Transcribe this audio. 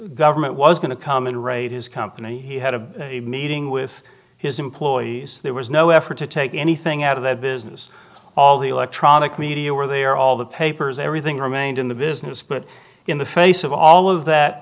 government was going to come and raid his company he had a meeting with his employees there was no effort to take anything out of their business all the electronic media were there all the papers everything remained in the business but in the face of all of that